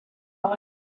right